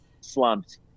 slumped